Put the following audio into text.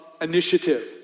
initiative